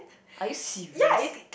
are you serious